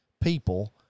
people